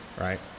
right